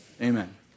Amen